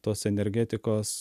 tos energetikos